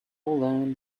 learn